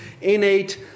innate